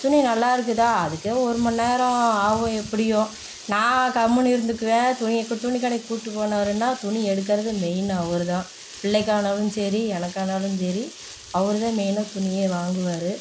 துணி நல்லா இருக்குதா அதுக்கே ஒருமணி நேரம் ஆகும் எப்படியும் நான் கம்முனு இருந்துக்குவேன் துணி துணி கடைக்கு கூப்பிட்டு போனாருன்னால் துணி எடுக்கிறது மெயின் அவர் தான் பிள்ளைக்கானாலும் சரி எனக்கானாலும் சரி அவர் தான் மெயினாக துணியே வாங்குவார்